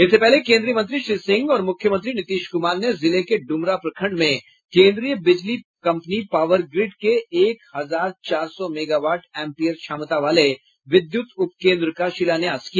इससे पहले केन्द्रीय मंत्री श्री सिंह और मुख्यमंत्री नीतीश कुमार ने जिले के ड्मरा प्रखंड में केन्द्रीय बिजली कंपनी पावर ग्रिड के एक हजार चार सौ मेगावाट एम्पीयर क्षमता वाले विद्यूत उपकेन्द्र का शिलान्यास किया